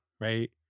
right